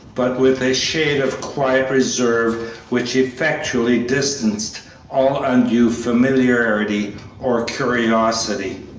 but with a shade of quiet reserve which effectually distanced all undue familiarity or curiosity.